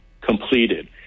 completed